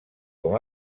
com